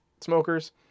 smokers